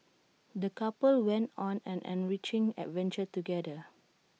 the couple went on an enriching adventure together